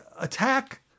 attack